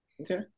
Okay